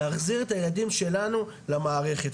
להחזיר את הילדים שלנו למערכת.